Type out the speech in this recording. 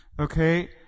okay